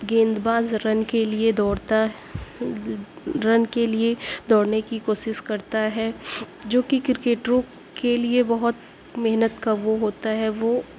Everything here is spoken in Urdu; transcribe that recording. گیند باز رن کے لیے دوڑتا ہے رن کے لیے دوڑنے کی کوشش کرتا ہے جو کہ کرکٹروں کے لیے بہت محنت کا وہ ہوتا ہے وہ